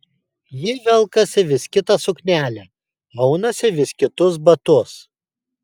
ji velkasi vis kitą suknelę aunasi vis kitus batus